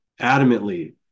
adamantly